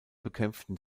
bekämpften